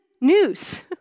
news